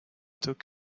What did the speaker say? took